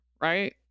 Right